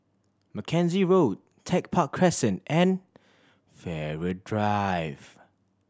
Mackenzie Road Tech Park Crescent and Farrer Drive